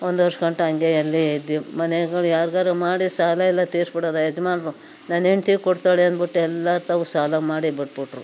ಒಂದು ವರ್ಷ ಗಂಟ ಹಾಗೆ ಅಲ್ಲೇ ಇದ್ದು ಮನೆಗೂ ಯಾರ್ಗಾದ್ರು ಮಾಡಿದ ಸಾಲ ಎಲ್ಲ ತೀರಿಸ್ಬಿಡೋದ ಯಜಮಾನ್ರು ನನ್ನ ಹೆಂಡ್ತಿ ಕೊಡ್ತಾಳೆ ಅಂದ್ಬಿಟ್ಟು ಎಲ್ಲರು ತಾವು ಸಾಲ ಮಾಡಿ ಬಿಟ್ಬಿಟ್ರು